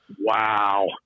wow